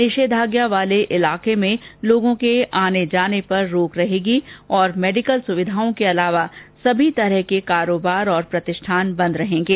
निषेधाज्ञा वाले इलाके में लोगों के आने जाने पर रोक रहेगी और मेडिकल सुविधाओं के अलावा सभी कारोबार प्रतिष्ठान बंद रहेंगे